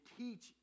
teach